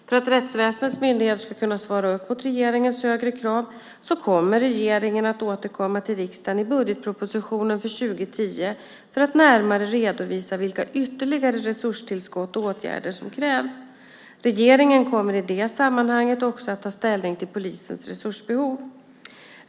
För att rättsväsendets myndigheter ska kunna svara upp mot regeringens högre krav kommer regeringen att återkomma till riksdagen i budgetpropositionen för 2010 för att närmare redovisa vilka ytterligare resurstillskott och åtgärder som krävs. Regeringen kommer i det sammanhanget också att ta ställning till polisens resursbehov.